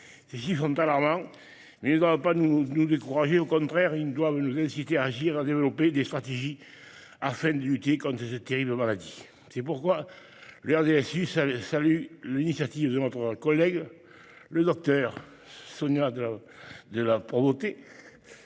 Ces chiffres sont alarmants, mais ils ne doivent pas nous décourager. Au contraire, ils doivent nous inciter à agir et à développer des stratégies, afin de lutter contre cette terrible maladie. C'est pourquoi le RDSE salue l'initiative de notre collègue, le docteur Sonia de La Provôté,